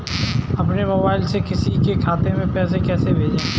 अपने मोबाइल से किसी के खाते में पैसे कैसे भेजें?